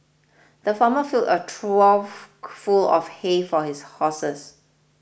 the farmer filled a trough full of hay for his horses